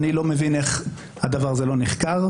אני לא מבין איך הדבר הזה לא נחקר.